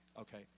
Okay